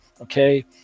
Okay